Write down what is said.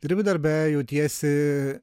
dirbi darbe jautiesi